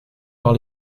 par